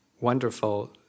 wonderful